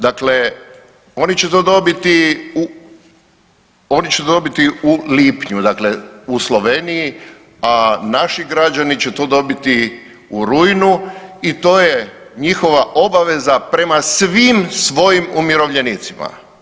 Dakle, oni će to dobiti, oni će dobiti u lipnju, dakle u Sloveniji, a naši građani će to dobiti u rujnu i to je njihova obaveza prema svim svojim umirovljenicima.